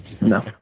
No